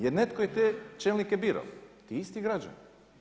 Jer netko je te čelnike birao, ti isti građani.